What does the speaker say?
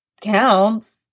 counts